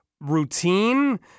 routine